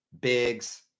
Biggs